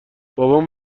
بابام